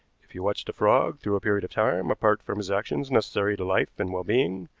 if you watched a frog through a period of time, apart from his actions necessary to life and well-being,